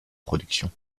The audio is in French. production